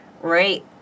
right